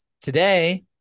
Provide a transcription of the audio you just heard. today